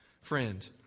Friend